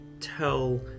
tell